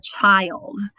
child